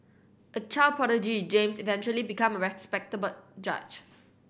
a child prodigy James eventually become a respected judge